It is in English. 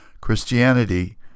christianity